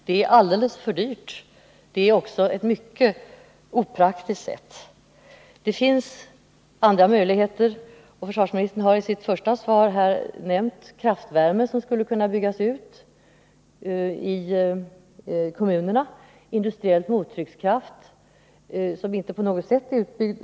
Det är alldeles för dyrt, och det är också ett mycket opraktiskt sätt att gå till väga. Det finns andra möjligheter, och försvarsministern har i sitt inledande svar nämnt kraftvärme, som skulle kunna byggas ut i kommunerna, och industriell mottryckskraft, som ännu inte är på något sätt färdigutbyggd.